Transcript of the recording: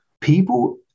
people